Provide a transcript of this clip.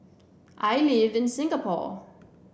I live in Singapore